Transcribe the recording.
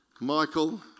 Michael